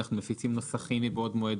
אנחנו מפיצים נוסחים מבעוד מועד,